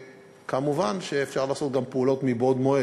מובן שאפשר לעשות גם פעולות מבעוד מועד,